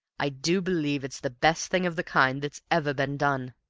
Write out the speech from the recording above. i do believe it's the best thing of the kind that's ever been done!